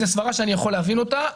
זאת סברה אני יכול להבין אותה.